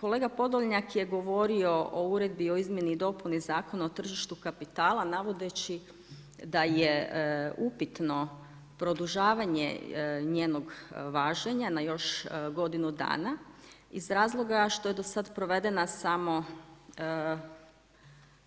Kolega Podolnjak je govorio o uredbi, o izmjeni i dopuni zakona o tržištu kapitala, navodeći da je upitno produžavanje njenog važenja, na još godinu dana, iz razloga što je do sada provedena samo